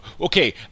Okay